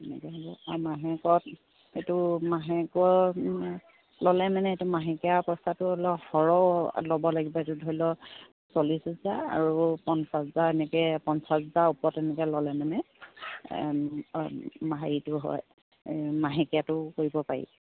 এনেকৈ হ'ব আৰু মাহেকত এইটো মাহেকত ল'লে মানে এইটো মাহেকীয়া পইচাটো অলপ সৰহ ল'ব লাগিব এইটো ধৰি লওক চল্লিছ হাজাৰ আৰু পঞ্চাছ হাজাৰ এনেকৈ পঞ্চাছ হাজাৰৰ ওপৰত এনেকৈ ল'লে মানে হেৰিটো হয় এই মাহেকীয়াটো কৰিব পাৰি